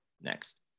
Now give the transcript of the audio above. next